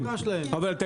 אבל,